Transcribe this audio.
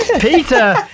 Peter